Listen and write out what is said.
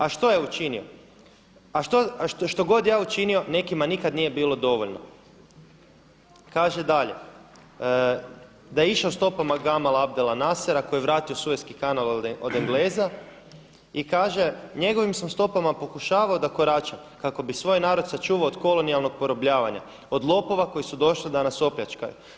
A što je učinio, što god ja učinio nekima nikad nije bilo dovoljno.“ Kaže dalje: „ Da je išao stopama Gamala Abdela Nassera koji je vratio Sueski kanal od Engleza i kaže njegovim sam stopama pokušavao da koračam kako bi svoj narod sačuvao od kolonijalnog porobljavanja, od lopova koji su došli da nas opljačkaju.